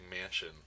mansion